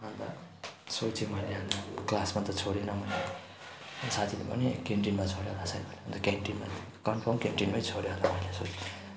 अन्त सोचे मैले क्लासमा त छोडेन साथीले भन्यो क्यान्टिनमा छोड्यो होला सायद भन्यो अन्त क्यान्टिनमा कन्फर्म क्यान्टिनमै छोड्यो होला भनेर